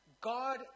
God